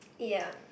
ya